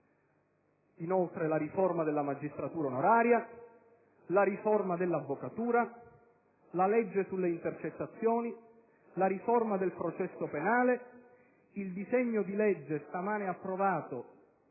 inoltre: la riforma della magistratura onoraria; la riforma dell'avvocatura; la legge sulle intercettazioni; la riforma del processo penale; la riforma contemplata dal disegno di legge stamane approvato